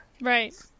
Right